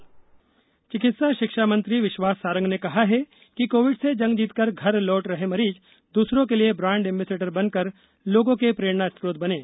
corona brand ambassador चिकित्सा शिक्षा मंत्री विश्वास सारंग ने कहा है कि कोविड से जंग जीतकर घर लौट रहे मरीज दूसरे के लिये ब्रांड एम्बेसडर बनकर लोगों की प्रेरणा स्त्रोत बनें